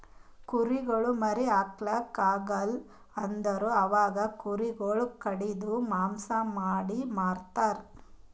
ಕುರಿಗೊಳ್ ಮರಿ ಹಾಕ್ಲಾಕ್ ಆಗಲ್ ಅಂದುರ್ ಅವಾಗ ಕುರಿ ಗೊಳಿಗ್ ಕಡಿದು ಮಾಂಸ ಮಾಡಿ ಮಾರ್ತರ್